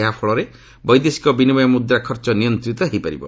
ଏହାଫଳରେ ବୈଦେଶିକ ବିନିମୟ ମୁଦ୍ରା ଖର୍ଚ୍ଚ ନିୟନ୍ତିତ ହୋଇପାରିବ